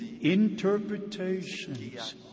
interpretations